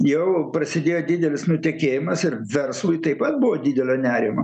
jau prasidėjo didelis nutekėjimas ir verslui taip pat buvo didelio nerimo